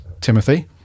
Timothy